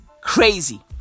crazy